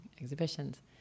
exhibitions